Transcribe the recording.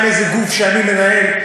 באיזה גוף שאני מנהל,